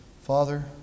Father